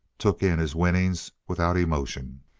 took in his winnings without emotion.